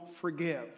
forgive